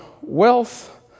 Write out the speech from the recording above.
wealth